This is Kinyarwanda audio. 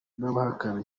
n’abahakana